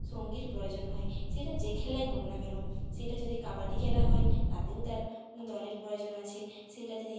সঙ্গীর প্রয়োজন হয় সেটা যে খেলাই হোক না কেন সেটা যদি কবাডি খেলা হয় তাতেও তার দলের প্রয়োজন আছে সেটা যদি